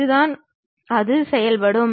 அதுதான் அது செயல்படும்